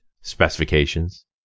specifications